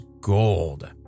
gold